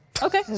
Okay